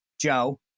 Joe